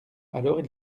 alors